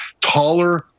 taller